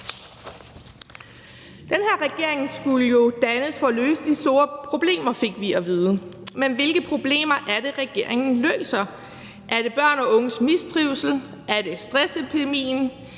Den her regering skulle jo dannes for at løse de store problemer, fik vi at vide. Men hvilke problemer er det, regeringen løser? Er det børn og unges mistrivsel? Er det stressepidemien?